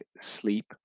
sleep